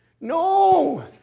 No